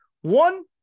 One